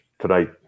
tonight